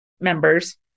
members